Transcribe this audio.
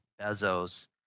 Bezos